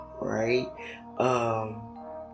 Right